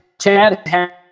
Chad